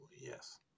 Yes